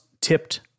tipped